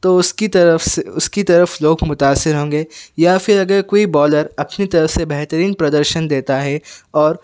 تو اُس کی طرف سے اُس کی طرف لوگ متاثر ہوں گے یا پھر اگر کوئی بولر اپنی طرف سے بہترین پردرشن دتیا ہے اور